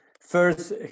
first